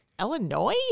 Illinois